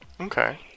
Okay